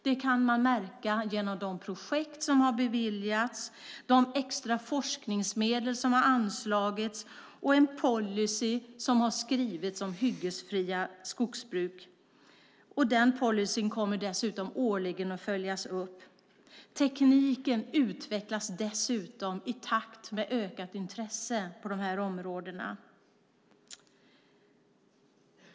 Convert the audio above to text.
Det kan man märka genom de projekt som har beviljats, de extra forskningsmedel som har anslagits och en policy som har skrivits om hyggesfria skogsbruk. Policyn kommer att följas upp årligen. Tekniken utvecklas dessutom i takt med ett ökat intresse på de här områdena.